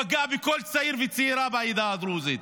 פגע בכל צעיר וצעירה בעדה הדרוזית,